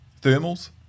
thermals